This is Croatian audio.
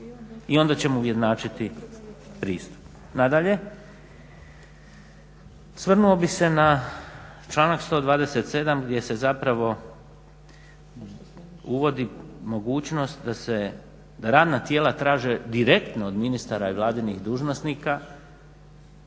I onda ćemo ujednačiti pristup. Nadalje, osvrnuo bih se na članak 127. gdje se zapravo uvodi mogućnost da se radna tijela traže direktno od ministara i vladinih dužnosnika